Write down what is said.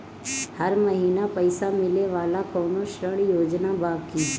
हर महीना पइसा मिले वाला कवनो ऋण योजना बा की?